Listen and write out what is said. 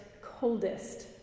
coldest